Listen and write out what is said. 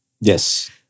Yes